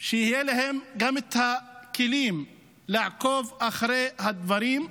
שיהיו להם גם את הכלים לעקוב אחרי הדברים.